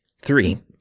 Three